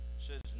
says